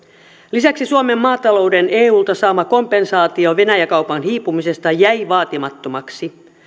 lisäksi suomen maatalouden eulta saama kompensaatio venäjä kaupan hiipumisesta jäi vaatimattomaksi